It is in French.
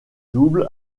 double